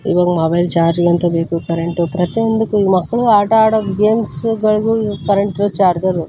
ಇವಾಗ ಮೊಬೈಲ್ ಚಾರ್ಜಿಗಂತ ಬೇಕು ಕರೆಂಟು ಪ್ರತಿಯೊಂದಕ್ಕೂ ಈಗ ಮಕ್ಕಳು ಆಟ ಆಡೋ ಗೇಮ್ಸ್ಗಳಿಗೂ ಈಗ ಕರೆಂಟು ಚಾರ್ಜರು